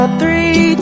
three